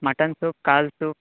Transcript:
mutton soup ಕಾಲು soup